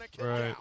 Right